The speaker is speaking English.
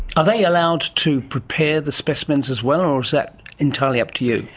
are they allowed to prepare the specimens as well, or is that entirely up to you?